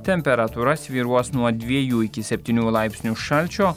temperatūra svyruos nuo dviejų iki septynių laipsnių šalčio